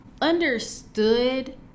understood